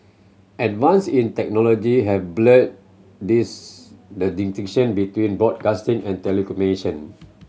advance in technology have blurred this the distinction between broadcasting and telecommunication